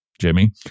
Jimmy